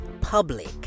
public